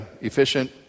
efficient